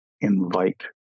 invite